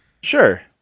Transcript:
Sure